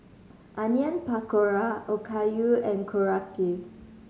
Onion Pakora Okayu and Korokke